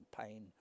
pain